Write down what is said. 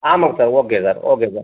ஆமாங்க sir okay sir okay sir